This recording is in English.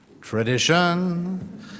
Tradition